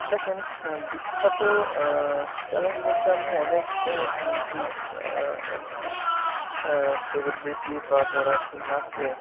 দেখুন বিখ্যাত চ্যানেল বলতে আমি অনেক ইউটিউব আর কি সেলিব্রিটি বা যারা আর কি নাচে